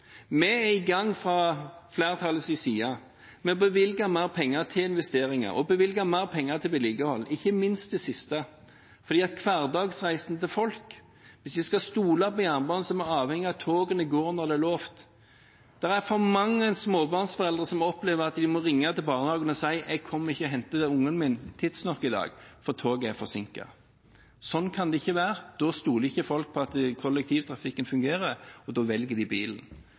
flertallets side i gang med å bevilge mer penger til investeringer og til vedlikehold – ikke minst det siste, på grunn av hverdagsreisen til folk som skal stole på jernbanen, som er avhengig av at togene går når de er lovt. Det er for mange småbarnsforeldre som opplever at de må ringe til barnehagen og si: Jeg kommer ikke og henter ungen min tidsnok i dag, for toget er forsinket. Sånn kan det ikke være. Da stoler ikke folk på at kollektivtrafikken fungerer, og da velger de bilen.